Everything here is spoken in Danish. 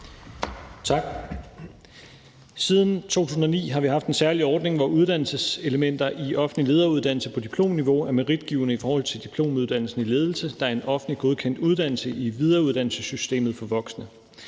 Tak. Siden 2009 har vi haft en særlig ordning, hvor uddannelseselementer i offentlig lederuddannelse på diplomniveau er meritgivende i forhold til diplomuddannelsen i ledelse, der er en offentligt godkendt uddannelse i videreuddannelsessystemet for voksne.